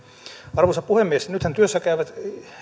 arvoisa puhemies nythän työssä käyvät